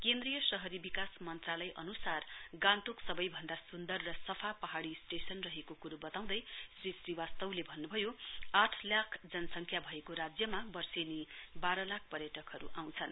केन्द्रीय शहरी विकास मन्त्रालय अनुसार गान्तोक सबै भन्दा सुन्दर र सफा पहाड़ी स्टेशन रहेको बताँउदै श्री श्रीवास्तवले भन्नुभयो आठ लाख जनसंख्या भएको राज्यमा वर्षेनी बाह्र लाख पर्यटनहरू आउँछन्